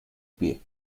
pie